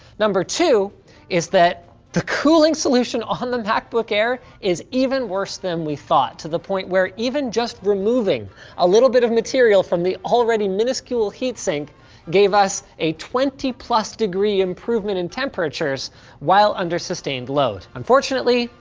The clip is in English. number two is that the cooling solution on the macbook air is even worse than we thought, to the point where even just removing a little bit of material from the already miniscule heat sink gave us a twenty plus degree improvement in temperatures while under sustained load. unfortunately,